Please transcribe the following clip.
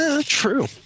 true